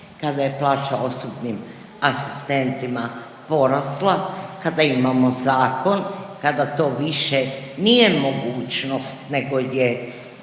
kada je plaća osobnim asistentima porasla, kada imamo zakon, kada to više nije mogućnost nego je